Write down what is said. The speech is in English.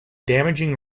damaging